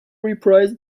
reprised